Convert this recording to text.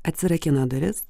atsirakino duris